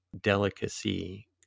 delicacy